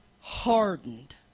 Hardened